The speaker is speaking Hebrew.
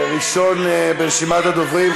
ראשון ברשימת הדוברים,